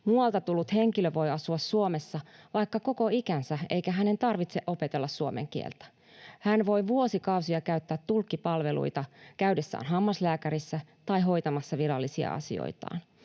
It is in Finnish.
Muualta tullut henkilö voi asua Suomessa vaikka koko ikänsä, eikä hänen tarvitse opetella suomen kieltä. Hän voi vuosikausia käyttää tulkkipalveluita käydessään hammaslääkärissä tai hoitamassa virallisia asioitaan.